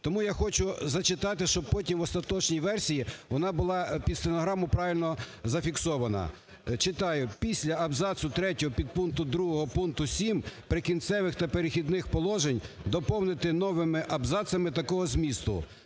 Тому я хочу зачитати, щоб потім в остаточній версії вона була під стенограму правильно зафіксована. Читаю. "Після абзацу 3 підпункту 2 пункту 7 "Прикінцевих та перехідних положень" доповнити новими абзацами такого змісту: